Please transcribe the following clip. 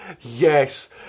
yes